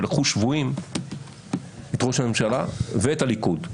שלקחו שבויים את ראש הממשלה ואת הליכוד.